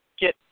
get